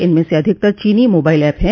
इनमें से अधिकतर चीनी मोबाइल एप हैं